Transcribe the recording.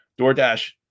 DoorDash